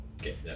okay